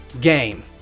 game